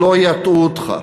שלא יטעו אותך.